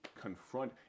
confront